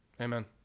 amen